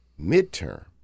midterm